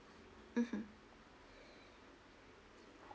mmhmm